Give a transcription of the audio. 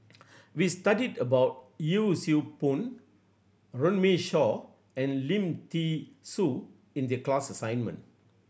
we studied about Yee Siew Pun Runme Shaw and Lim Thean Soo in the class assignment